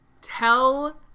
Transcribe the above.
tell